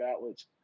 outlets